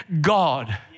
God